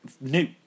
new